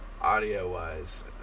Audio-wise